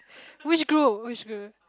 which group which group